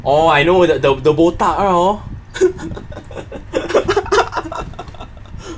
orh I know that the botak [one] hor